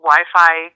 Wi-Fi